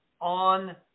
on